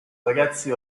ragazzi